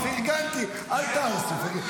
פרגנתי, אל תהרסו.